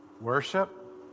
Worship